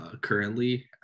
currently